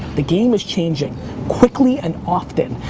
the game is changing quickly and often.